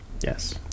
Yes